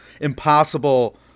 impossible